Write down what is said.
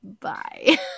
bye